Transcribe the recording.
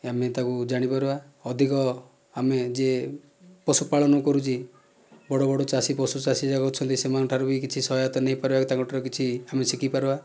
ଆମେ ତାକୁ ଜାଣିପାରିବା ଅଧିକ ଆମେ ଯେ ପଶୁପାଳନ କରୁଛି ବଡ଼ ବଡ଼ ଚାଷୀ ପଶୁ ଚାଷୀ ଯାକ ଅଛନ୍ତି ସେମାନଙ୍କଠାରୁ ବି କିଛି ସହାୟତା ନେଇପାରିବ ତାଙ୍କ ଠାରୁ କିଛି ଆମେ ଶିଖି ପାରିବା